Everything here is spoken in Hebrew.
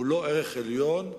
והיא לא ערך עליון.